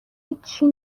هیچی